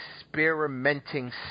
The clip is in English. experimenting